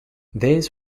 this